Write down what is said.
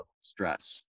stress